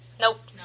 Nope